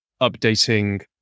updating